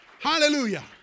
Hallelujah